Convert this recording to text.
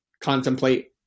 contemplate